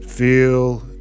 Feel